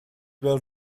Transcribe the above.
bêl